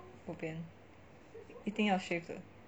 bobian 一定要 shave 的